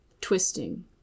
twisting